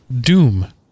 doom